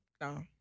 No